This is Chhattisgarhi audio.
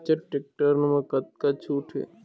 इच्चर टेक्टर म कतका छूट हे?